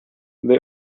they